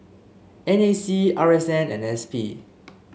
N A C R S N and S P